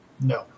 No